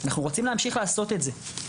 אנחנו רוצים להמשיך לעשות את זה,